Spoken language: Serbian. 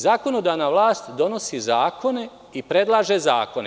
Zakonodavna vlast donosi zakone i predlaže zakone.